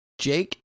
Jake